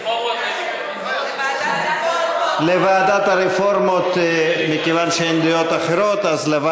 הוועדה המשותפת עם ועדת הכלכלה לדיון בהצעת חוק לתיקון